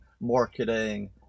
marketing